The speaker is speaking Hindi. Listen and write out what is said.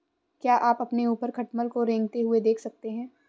क्या आप अपने ऊपर खटमल को रेंगते हुए देख सकते हैं?